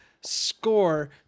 score